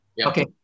Okay